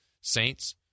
Saints